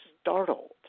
startled